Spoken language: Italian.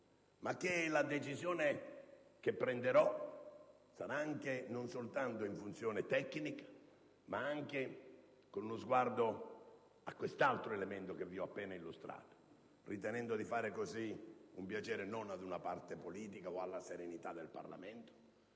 la decisione che prenderò sarà però non soltanto in funzione tecnica, ma anche con lo sguardo a quest'altro elemento che vi ho appena illustrato, ritenendo così non di fare un piacere ad una parte politica o alla serenità del Parlamento,